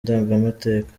ndangamateka